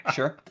sure